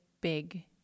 big